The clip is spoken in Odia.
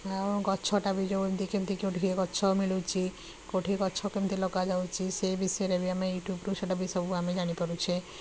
ଆଉ ଗଛଟା ବି ଯେଉଁ ଏମିତି କେମିତି କେଉଁଠି ଏ ଗଛ ମିଳୁଛି କେଉଁଠି ଗଛ କେମିତି ଲଗଯାଉଛି ସେ ବିଷୟରେ ବି ଆମେ ୟୁଟୁବ୍ରୁ ସେଇଟା ବି ସବୁ ଆମେ ଜାଣିପାରୁଛେ